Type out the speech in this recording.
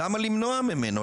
למה למנוע ממנו?